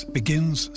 begins